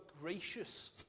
gracious